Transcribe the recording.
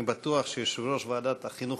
אני בטוח שיושב-ראש ועדת החינוך,